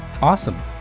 Awesome